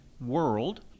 world